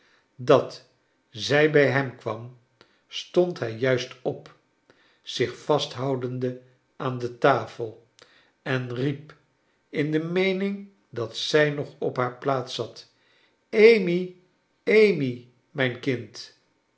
dat zij bij hem kwam stond hij juist op zich vasthoudende aan de tafel en riep in de meening dat zij nog op haar plaats zat amy amy mijn kind